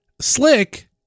Slick